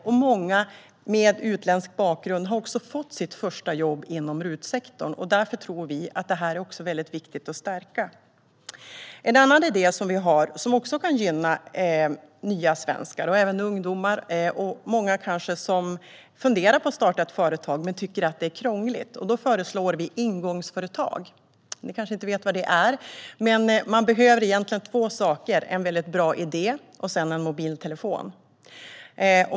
Och många med utländsk bakgrund har fått sina första jobb inom RUT-sektorn. Därför tror vi att det är viktigt att stärka den. En annan idé vi har kan också gynna nya svenskar, även ungdomar och kanske många som funderar på att starta företag men tycker att det är krångligt. Vi föreslår ingångsföretag. Då behöver man egentligen två saker: en väldigt bra idé och en mobiltelefon.